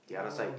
!aiyo!